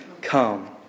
come